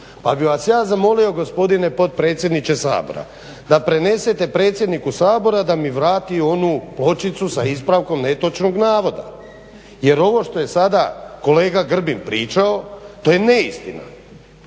Pa bih vas ja zamolio gospodine potpredsjedniče Sabora da prenesete predsjedniku Sabora da mi vratu onu pločicu sa ispravkom netočnog navoda. Jer ovo što je sada kolega Grbin pričao to je neistina.